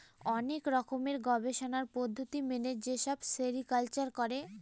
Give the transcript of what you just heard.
অনেক রকমের গবেষণার পদ্ধতি মেনে যেসব সেরিকালচার করে